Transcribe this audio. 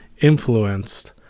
influenced